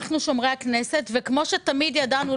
אנחנו שומרי הכנסת וכפי שתמיד ידענו,